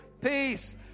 peace